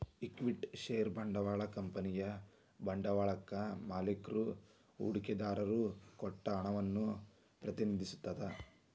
equity share ಬಂಡವಾಳ ಕಂಪನಿಯ ಬಂಡವಾಳಕ್ಕಾ ಮಾಲಿಕ್ರು ಹೂಡಿಕೆದಾರರು ಕೊಟ್ಟ ಹಣವನ್ನ ಪ್ರತಿನಿಧಿಸತ್ತ